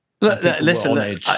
Listen